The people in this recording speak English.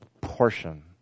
portion